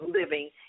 living